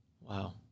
wow